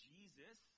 Jesus